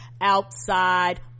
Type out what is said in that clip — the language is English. outside